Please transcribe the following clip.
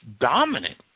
dominant